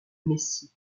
messie